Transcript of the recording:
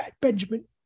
Benjamin